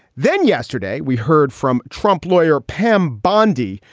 then yesterday we heard from trump lawyer pam bondi,